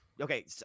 Okay